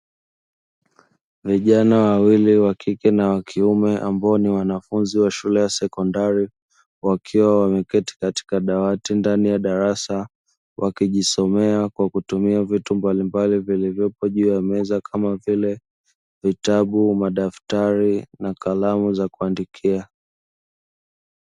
Vijana wawili wa kike na wa kiume ambao ni wanafunzi wa shule ya sekondari, wakiwa wameketi katika dawati ndani ya darasa wakijisomea kwa kutumia vitu mbalimbali vilivyopo juu ya meza kama vile vitabu, madaftari na kalamu za kuandikia.